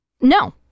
no